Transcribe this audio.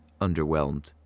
underwhelmed